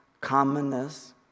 commonness